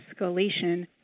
escalation